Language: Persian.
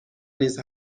نیز